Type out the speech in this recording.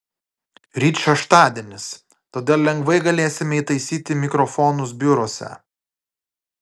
ryt šeštadienis todėl lengvai galėsime įtaisyti mikrofonus biuruose